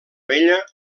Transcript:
vella